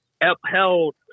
upheld